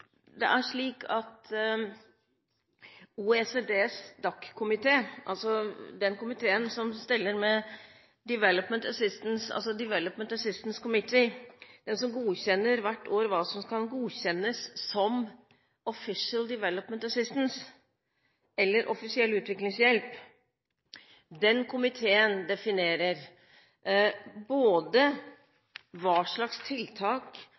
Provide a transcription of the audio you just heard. Det er slik at OECDs DAC-komité – development assistance committee, komiteen som hvert år godkjenner hva som kan godkjennes som «official development assistance», offisiell utviklingshjelp – ikke bare definerer hva slags tiltak